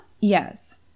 Yes